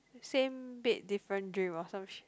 same bed different dream or some shi~